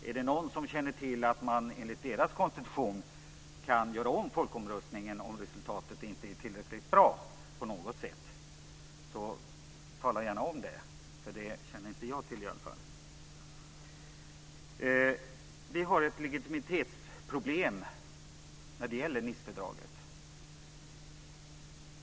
Om det är någon som känner till att man enligt deras konstitution kan göra om folkomröstningen om resultatet inte är tillräckligt bra på något sätt så tala gärna om det. Det känner i varje fall inte jag till. Vi har ett legitimitetsproblem med Nicefördraget.